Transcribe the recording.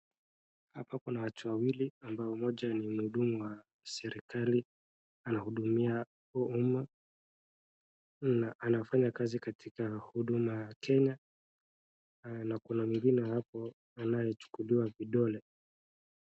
Hapa kuna watu wawili ambao mmoja ni mhudumu wa serikali anahudumia huyu mama, na anafanya kazi katika huduma Kenya, na kuna wengine hapo anachukuliwa vidole.